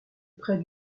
près